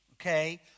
okay